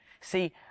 See